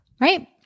right